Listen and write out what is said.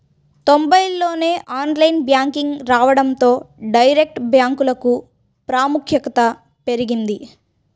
తొంబైల్లోనే online banking రావడంతో direct బ్యాంకులకు ప్రాముఖ్యత పెరిగింది